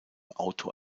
auto